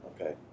Okay